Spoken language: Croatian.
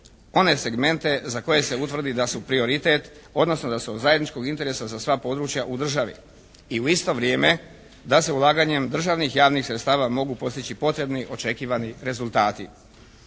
one segmente za koje se utvrdi da su prioritet, odnosno da su od zajedničkog interesa za sva područja u državi. i u isto vrijeme da se ulaganjem državnih javnih sredstava mogu postići potrebni očekivani rezultati.